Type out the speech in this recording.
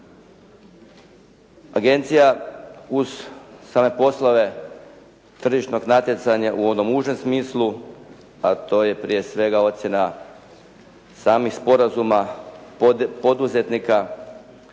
Agencija uz same poslove tržišnog natjecanja u onom užem smislu, a to je prije svega ocjena samih sporazuma poduzetnika,